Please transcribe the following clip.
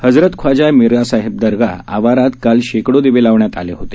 हजरत ख्वाजा मिरासाहेब दर्गा आवारात काल शेकडो दिवे लावण्यात आले होते